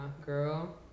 girl